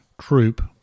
Troop